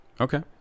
Okay